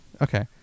Okay